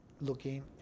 looking